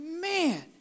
man